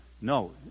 No